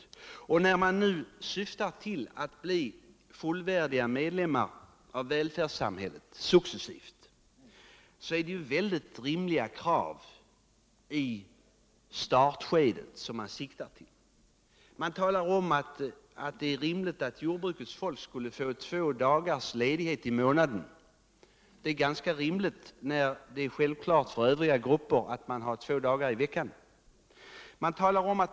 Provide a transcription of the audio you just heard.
I samband med att man vill uppnå målet att jordbrukarna successivt skall bli fullvärdiga medlemmar av välfärdssamhället ställer man mycket rimliga krav i själva startskedet. Man säger att jordbrukets folk bör få två dagars ledighet i månaden, och detta måste anses rimligt med tanke på att det för övriga grupper är självklart att ha två dagars ledighet i veckan.